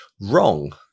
wrong